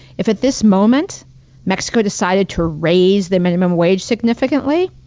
if at this moment mexico decided to raise the minimum wage significantly,